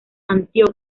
antíoco